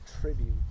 tribute